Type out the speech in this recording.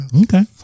Okay